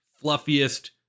fluffiest